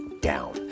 down